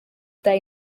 day